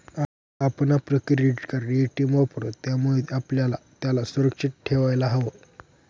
आपण आपलं credit card, ATM वापरतो, त्यामुळे आपल्याला त्याला सुरक्षित ठेवायला हव